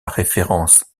référence